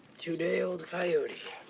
two-day-old coyote.